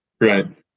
right